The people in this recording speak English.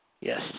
yes